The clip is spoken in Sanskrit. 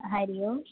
हरिः ओम्